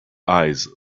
eyes